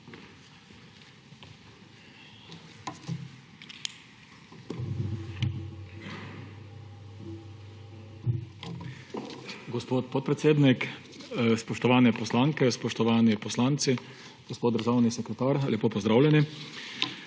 Gospod podpredsednik, spoštovane poslanke, spoštovani poslanci, gospod državni sekretar, lepo pozdravljeni!